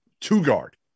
two-guard